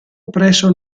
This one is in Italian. presso